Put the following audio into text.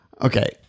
Okay